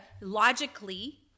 logically